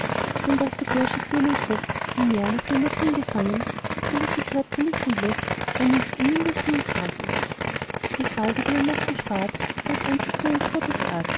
denn daß der bursch aus jener gruft nie mehr nachdem er drin gefangen zurückgekehrt zu licht und luft war nicht im mindesten ihm fraglich die frage die er noch gespart galt einzig seiner